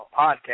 podcast